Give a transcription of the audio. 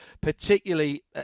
particularly